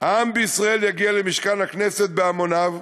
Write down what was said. העם בישראל יגיע למשכן הכנסת בהמוניו,